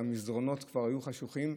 כשהמסדרונות כבר היו חשוכים,